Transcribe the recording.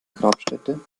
grabstätte